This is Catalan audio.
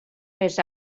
més